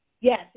Yes